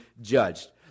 judged